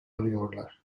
arıyorlar